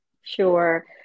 Sure